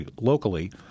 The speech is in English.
locally